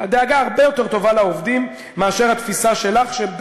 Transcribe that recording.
דאגה הרבה יותר טובה לעובדים מאשר בתפיסה שלך,